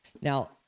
Now